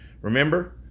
Remember